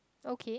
okay